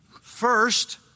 First